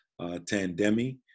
Tandemi